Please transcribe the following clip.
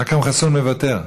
אכרם חסון, מוותר,